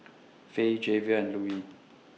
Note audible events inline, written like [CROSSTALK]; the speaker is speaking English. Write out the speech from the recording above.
Fae Javier and Louie [NOISE]